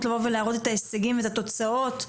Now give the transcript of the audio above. לבוא ולהראות את ההישגים ואת התוצאות.